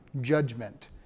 judgment